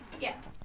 Yes